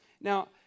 Now